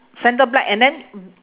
centre black and then